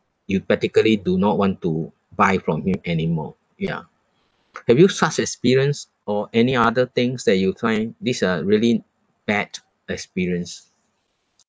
you particularly do not want to buy from him anymore ya have you such experience or any other things that you find these are really bad experience